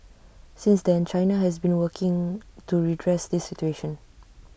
since then China has been working to redress this situation